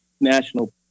national